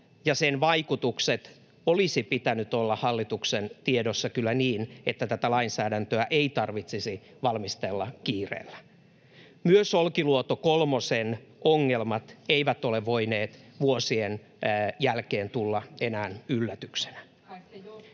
sen vaikutukset olisivat pitäneet olla hallituksen tiedossa kyllä niin, että tätä lainsäädäntöä ei tarvitsisi valmistella kiireellä. Myös Olkiluoto kolmosen ongelmat eivät ole voineet tulla vuosien jälkeen enää yllätyksenä.